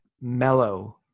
mellow